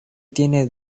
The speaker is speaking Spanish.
tiene